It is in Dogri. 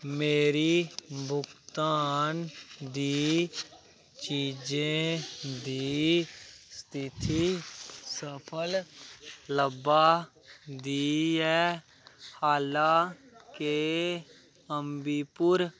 मेरी भुगतान दी चीजें दी स्थिति सफल लब्भा दी ऐ हाला के अंवीपुर